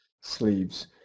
sleeves